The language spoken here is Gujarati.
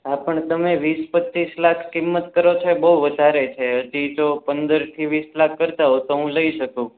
હા પણ તમે વીસ પચ્ચીસ લાખ કિંમત કરો છો એ બહુ વધારે છે હજી જો પંદરથી વીસ લાખ કરતા હો તો હું લઈ શકું